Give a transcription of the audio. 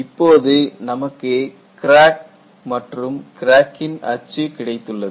இப்போது நமக்கு கிராக் மற்றும் கிராக்கின் அச்சு கிடைத்துள்ளது